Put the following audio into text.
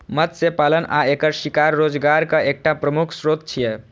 मत्स्य पालन आ एकर शिकार रोजगारक एकटा प्रमुख स्रोत छियै